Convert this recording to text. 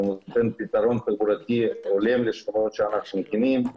מחלף שנותן פתרון תחבורתי הולם לשכונות שמוקמות שם.